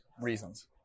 Reasons